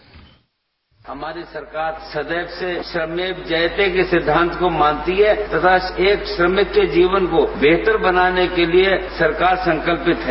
bite हमारी सरकार सदैव से सत्य मेव जयते के सिद्धांत को मानती है तथा एक श्रमिक के जीवन को बेहतर बनाने के लिए सरकार संकल्पित है